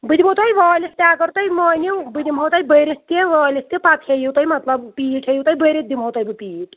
بہٕ دِمو تۄہہِ وٲلِتھ تہِ اگر تُہۍ مٲنِو بہٕ دِمو تۄہہِ بٔرِتھ تہِ وٲلِتھ تہِ پَتہٕ ہیٚیِو تُہۍ مطلب پیٖٹۍ ہیٚیِو تُہۍ بٔرِتھ دِمو تۄہہِ بہٕ پیٖٹۍ